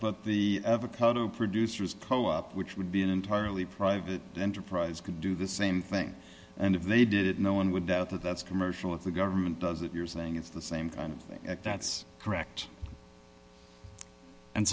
the producers co op which would be an entirely private enterprise could do the same thing and if they did it no one would doubt that that's commercial if the government does it you're saying it's the same thing at that's correct and